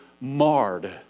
marred